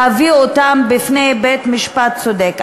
להביא אותם בפני בית-משפט צודק.